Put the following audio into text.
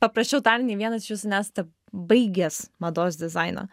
paprasčiau tariant nei vienas iš jūsų nesate baigęs mados dizaino